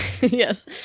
yes